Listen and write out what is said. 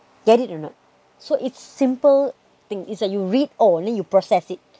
get it or not so it's simple thing is that you read oh only you process it